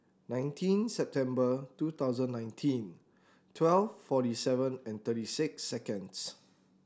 nineteen September two thousand nineteen twelve forty seven and thirty six seconds